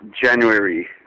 January